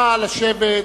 נא לשבת,